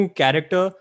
character